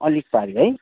अलिक पारि है